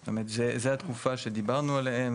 זאת אומרת זה התקופה שדיברנו עליה,